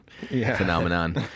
phenomenon